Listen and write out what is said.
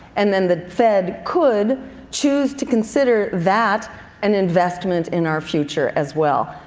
and then the fed could choose to consider that an investment in our future as well.